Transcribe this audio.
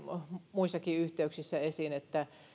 muissakin yhteyksissä esiin että